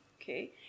okay